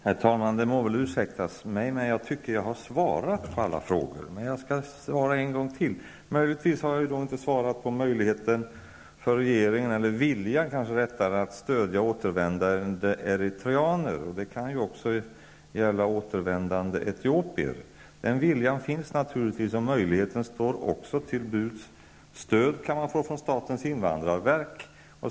Herr talman! Det må väl ursäktas mig, men jag tycker att jag har svarat på alla frågor. Men jag skall svara en gång till. Möjligen har jag inte svarat på frågan om regeringens vilja att stödja återvändande eritreaner. Det kan också gälla återvändande etiopier. Den viljan finns naturligtvis, och möjligheter står också till buds. Det går att få stöd från statens invandrarverk.